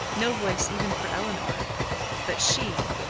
no voice even for elinor but she,